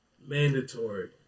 Mandatory